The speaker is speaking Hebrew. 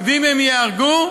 ואם הם ייהרגו,